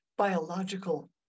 biological